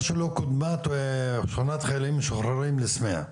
שלא קודמה שכונת חיילים משוחררים לסמיע?